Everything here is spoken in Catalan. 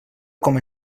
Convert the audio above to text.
com